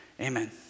Amen